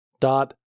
dot